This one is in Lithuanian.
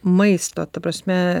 maisto ta prasme